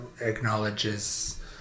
acknowledges